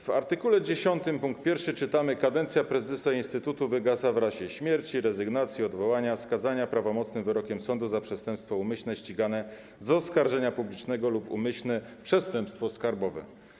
W art. 10 w ust. 1 czytamy, że kadencja prezesa instytutu wygasa w razie śmierci, rezygnacji, odwołania, skazania prawomocnym wyrokiem sądu za przestępstwo umyślne ścigane z oskarżenia publicznego lub umyślne przestępstwo skarbowe.